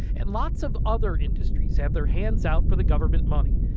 and lots of other industries have their hands out for the government money.